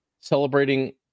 celebrating